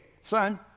son